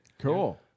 Cool